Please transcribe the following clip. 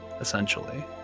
essentially